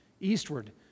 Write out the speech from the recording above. eastward